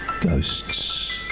Ghosts